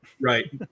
Right